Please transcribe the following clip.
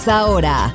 ahora